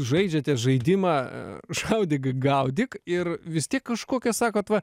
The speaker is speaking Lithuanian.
žaidžiate žaidimą šaudyk gaudyk ir vis tiek kažkokia sakot va